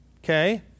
Okay